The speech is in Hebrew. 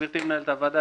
גברתי מנהלת הוועדה,